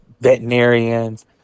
veterinarians